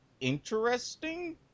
interesting